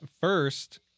first